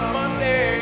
Monday